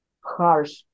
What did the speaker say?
harsh